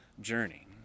journey